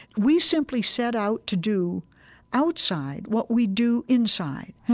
we simply set out to do outside what we do inside.